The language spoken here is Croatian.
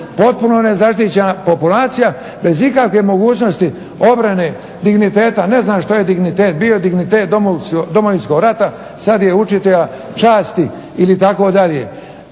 potpuno nezaštićena populacija, bez ikakve mogućnosti obrane digniteta. Ne znam što je dignitet bio, dignitet Domovinskog rata sad je učitelja časti ili tako dalje.